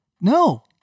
No